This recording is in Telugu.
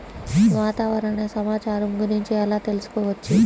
వాతావరణ సమాచారం గురించి ఎలా తెలుసుకోవచ్చు?